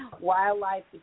Wildlife